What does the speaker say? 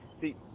see